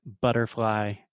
butterfly